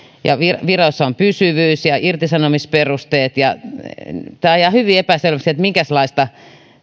ja viroissa on pysyvyys ja irtisanomisperusteet tämä jää hyvin epäselväksi minkälaista